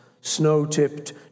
snow-tipped